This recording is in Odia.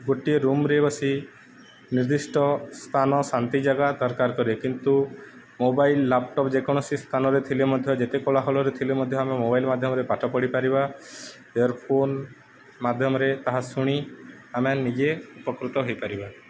ଗୋଟିଏ ରୁମରେ ବସି ନିର୍ଦ୍ଧିଷ୍ଟ ସ୍ଥାନ ଶାନ୍ତି ଜାଗା ଦରକାର କରେ କିନ୍ତୁ ମୋବାଇଲ ଲ୍ୟାପଟପ୍ ଯେକୌଣସି ସ୍ଥାନରେ ଥିଲେ ମଧ୍ୟ ଯେତେ କୋଳାହଳରେ ଥିଲେ ମଧ୍ୟ ଆମେ ମୋବାଇଲ ମାଧ୍ୟମରେ ପାଠ ପଢ଼ିପାରିବା ଇୟରଫୋନ ମାଧ୍ୟମରେ ତାହା ଶୁଣି ଆମେ ନିଜେ ଉପକୃତ ହେଇପାରିବା